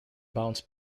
bounce